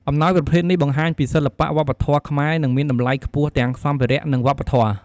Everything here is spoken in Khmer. អំណោយប្រភេទនេះបង្ហាញពីសិល្បៈវប្បធម៌ខ្មែរ និងមានតម្លៃខ្ពស់ទាំងសម្ភារៈ និងវប្បធម៌។